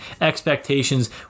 expectations